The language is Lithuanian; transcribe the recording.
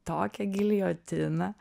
tokią gilijotiną